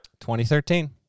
2013